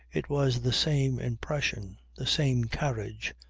it was the same impression, the same carriage,